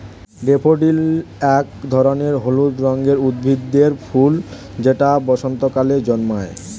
daffodil এক ধরনের হলুদ রঙের উদ্ভিদের ফুল যেটা বসন্তকালে জন্মায়